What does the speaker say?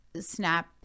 Snap